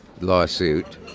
lawsuit